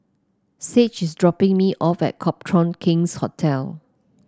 Sage is dropping me off at Copthorne King's Hotel